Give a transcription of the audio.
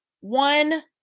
one